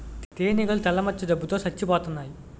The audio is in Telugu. తేనీగలు తెల్ల మచ్చ జబ్బు తో సచ్చిపోతన్నాయి